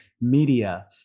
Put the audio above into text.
media